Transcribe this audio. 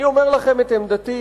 אני אומר לכם את עמדתי,